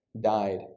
died